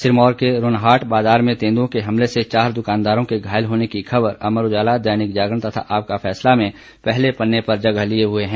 सिरमौर के रोनहाट बाजार में तेंदुए के हमले से चार दुकानदारों के घायल होने की खबर अमर उजाला दैनिक जागरण तथा आपका फैसला में पहले पन्ने पर जगह लिये हुए है